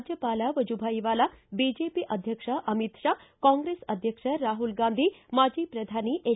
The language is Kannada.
ರಾಜ್ಯಪಾಲ ವಜುಭಾಯಿ ವಾಲಾ ಬಿಜೆಪಿ ಅಧ್ಯಕ್ಷ ಅಮಿತ್ ಷಾ ಕಾಂಗ್ರೆಸ್ ಅಧ್ಯಕ್ಷ ರಾಹುಲ್ ಗಾಂಧಿ ಮಾಜಿ ಪ್ರಧಾನಿ ಎಚ್